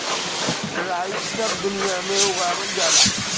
राई सब दुनिया में उगावल जाला